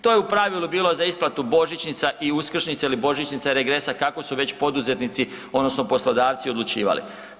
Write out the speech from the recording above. To je u pravilu bilo za isplatu božničnica i uskršnica ili božičnica ili regresa kako su već poduzetnici odnosno poslodavci odlučivali.